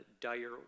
dire